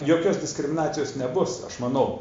jokios diskriminacijos nebus aš manau